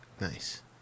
Nice